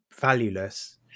valueless